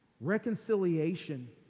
Reconciliation